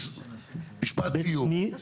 משפט סיום.